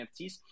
NFTs